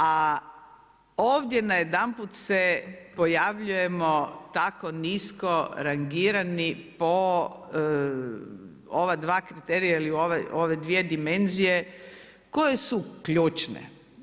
A ovdje na jedanput se pojavljujemo tako nisko rangirani po ova dva kriterija ili u ove dvije dimenzije koje su ključne.